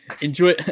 Enjoy